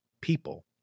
people